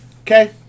Okay